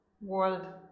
world